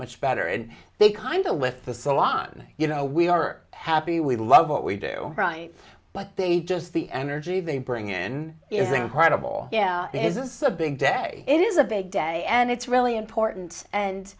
much better and they kind of with the salon you know we are happy we love what we do but they just the energy they bring in is incredible this is a big day it is a big day and it's really important and